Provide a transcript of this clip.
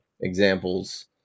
examples